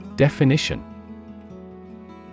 Definition